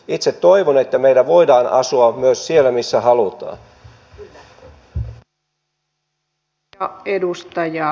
itse toivon että meillä voidaan asua myös siellä missä halutaan